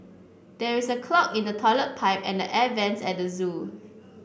there is a clog in the toilet pipe and the air vents at zoo